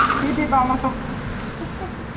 T T thomas